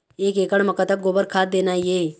एक एकड़ म कतक गोबर खाद देना ये?